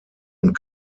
und